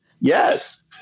Yes